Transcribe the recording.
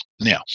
Now